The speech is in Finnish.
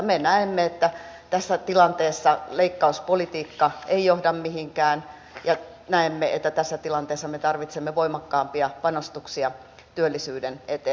me näemme että tässä tilanteessa leikkauspolitiikka ei johda mihinkään ja että tässä tilanteessa me tarvitsemme voimakkaampia panostuksia työllisyyden eteen